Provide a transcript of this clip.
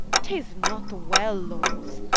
tis not well lords.